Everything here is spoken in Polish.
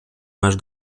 masz